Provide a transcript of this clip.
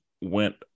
went